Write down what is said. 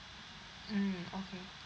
mm okay